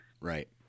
Right